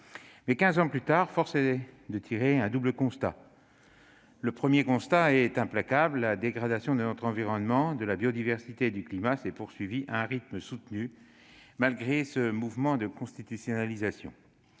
quinze ans plus tard, force est de dresser deux constats. Le premier est implacable : la dégradation de notre environnement, de la biodiversité et du climat s'est poursuivie à un rythme soutenu, malgré ce mouvement de constitutionnalisation.